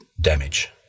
damage